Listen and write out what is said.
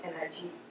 energy